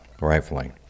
rifling